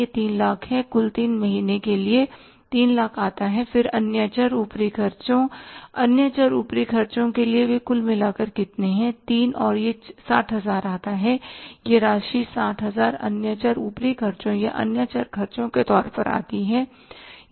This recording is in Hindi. यह 300000 है कुल ३ महीने के लिए 300000 आता है फिर अन्य चर ऊपरी खर्चों अन्य चर ऊपरी खर्चों के लिए वे कुल मिलाकर कितने हैंतीन और यह 60000 आता है यह राशि 60000 अन्य चर ऊपरी खर्चों या अन्य चर खर्चों के तौर पर आती है